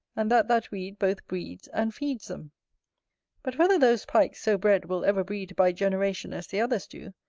and that that weed both breeds and feeds them but whether those pikes, so bred, will ever breed by generation as the others do,